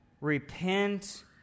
repent